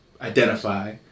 Identify